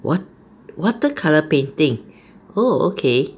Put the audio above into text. wat~ watercolour painting oh okay